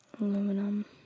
Aluminum